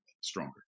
Stronger